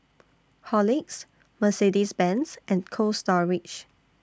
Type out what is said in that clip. Horlicks Mercedes Benz and Cold Storage